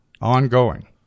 Ongoing